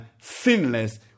sinless